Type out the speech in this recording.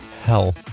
hell